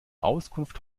auskunft